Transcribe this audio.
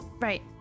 Right